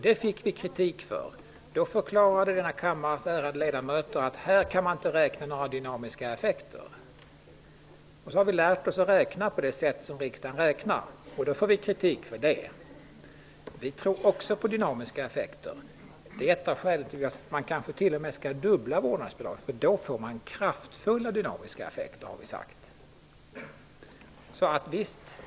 Det fick vi kritik för. Kammarens ärade ledamöter förklarade att i detta fall kunde man inte räkna med några dynamiska effekter. Sedan har vi lärt oss att räkna på det sätt som riksdagen gör, och då får vi kritik för det. Vi tror på dynamiska effekter. Det är ett av skälen till att man kanske t.o.m. bör fördubbla vårdnadsbidraget -- då får man kraftfulla dynamiska effekter, har vi sagt.